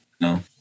No